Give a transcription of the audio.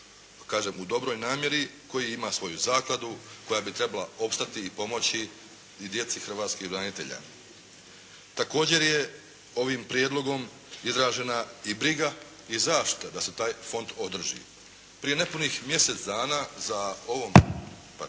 kažem u dobroj namjeri, koji ima svoju zakladu koja bi trebala opstati i pomoći i djeci hrvatskih branitelja. Također je ovim prijedlogom izražena i briga i zaštita da se taj Fond održi. Prije nepunih mjesec dana za ovom, pardon,